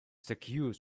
secure